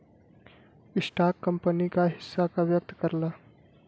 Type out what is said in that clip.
stock company क हिस्सा का व्यक्त करला